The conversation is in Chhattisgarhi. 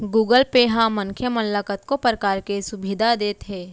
गुगल पे ह मनखे मन ल कतको परकार के सुभीता देत हे